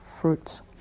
fruits